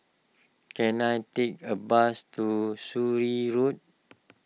can I take a bus to Surin Road